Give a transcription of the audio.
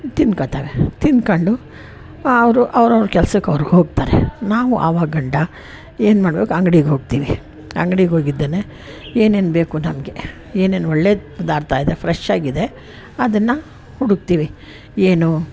ತಿನ್ಕೋತಾವೆ ತಿನ್ಕೊಂಡು ಅವರು ಅವ್ರವ್ರ ಕೆಲ್ಸಕ್ಕೆ ಅವರು ಹೋಗ್ತಾರೆ ನಾವು ಆವಾಗಂಡ ಏನುಮಾಡ್ಬೇಕು ಅಂಗ್ಡಿಗೆ ಹೋಗ್ತೀವಿ ಅಂಗ್ಡಿಗೆ ಹೋಗಿದ್ದೇನೆ ಏನೇನು ಬೇಕು ನಮಗೆ ಏನೇನು ಒಳ್ಳೆದಾಗ್ತಾಯಿದೆ ಫ್ರೆಶ್ಶಾಗಿದೆ ಅದನ್ನು ಹುಡುಕ್ತೀವಿ ಏನು